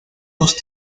dos